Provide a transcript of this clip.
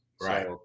Right